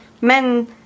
men